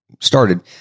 started